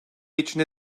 içinde